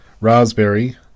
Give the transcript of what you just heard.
Raspberry